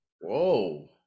Whoa